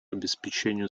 обеспечению